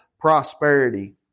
prosperity